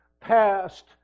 past